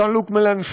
ז'אן לוק מלנשון?